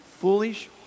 foolish